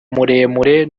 muremure